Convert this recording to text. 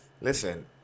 Listen